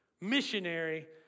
missionary